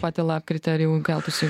patį lapkritį ar jau keltųsi